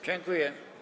Dziękuję.